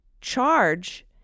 charge